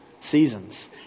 seasons